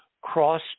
cross